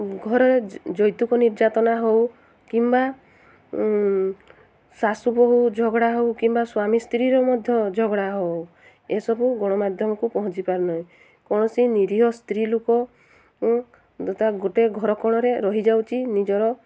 ଘରେ ଯୌତୁକ ନିର୍ଯାତନା ହେଉ କିମ୍ବା ଶାଶୁ ବହୁ ଝଗଡ଼ା ହେଉ କିମ୍ବା ସ୍ୱାମୀ ସ୍ତ୍ରୀର ମଧ୍ୟ ଝଗଡ଼ା ହଉ ଏସବୁ ଗଣମାଧ୍ୟମକୁ ପହଞ୍ଚିପାରୁ ନାହିଁ କୌଣସି ନିରୀହ ସ୍ତ୍ରୀ ଲୋକ ତା ଗୋଟେ ଘର କୋଣରେ ରହିଯାଉଛି ନିଜର